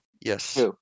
Yes